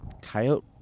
Coyote